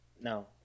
No